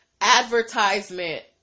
advertisement